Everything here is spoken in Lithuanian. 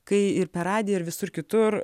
kai per radiją ir visur kitur